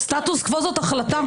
סטטוס-קוו זאת החלטה.